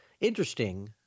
interesting